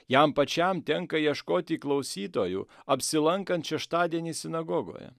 jam pačiam tenka ieškoti klausytojų apsilankant šeštadienį sinagogoje